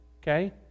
okay